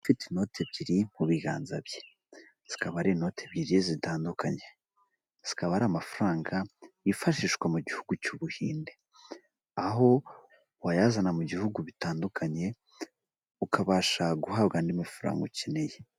Afite inoti ebyiri mu biganza bye zikaba ari inoti ebyiri zitandukanye zikaba ari amafaranga yifashishwa mu gihugu cy'ubuhinde aho wayazana mu bihugu bitandukanye ukabasha guhabwa andi mafaranga ukeneye.